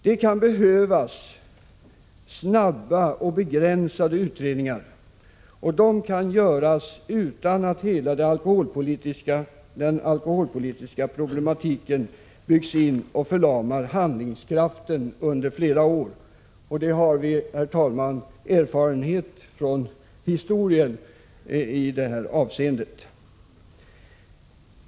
Det kan behövas snabba och begränsade utredningar, och de kan göras utan att hela den alkoholpolitiska problematiken byggs in och förlamar handlingskraften under flera år. Vi har erfarenhet från historien i det avseendet.